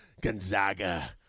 Gonzaga